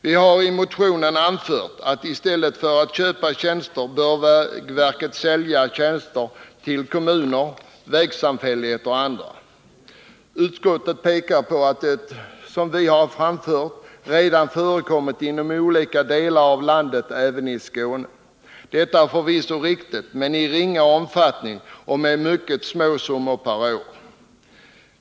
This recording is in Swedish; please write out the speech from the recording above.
Vi har i motionen anfört att i stället för att köpa tjänster bör vägverket sälja tjänster till kommuner, vägsamfälligheter och andra. Utskottet pekar på att det som vi har rekommenderat redan förekommit inom olika delar av landet, även i Skåne. Detta är förvisso riktigt, men det har förekommit i ringa omfattning och med mycket små summor per år.